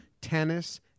tennis